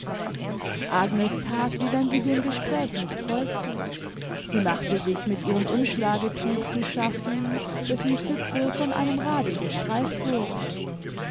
agnes that wie wenn sie dem gespräch nicht folgte sie machte sich mit ihrem umschlagetuch zu schaffen dessen zipfel von einem rade gestreift wurde